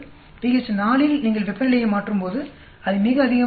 pH 4 இல் நீங்கள் வெப்பநிலையை மாற்றும்போது அது மிக அதிகமாக உயரும்